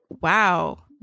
wow